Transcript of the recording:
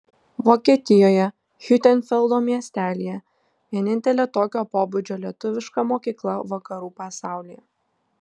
vokietijoje hiutenfeldo miestelyje vienintelė tokio pobūdžio lietuviška mokykla vakarų pasaulyje